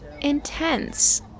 intense